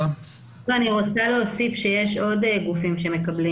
רוצה להוסיף שיש עוד גופים שמקבלים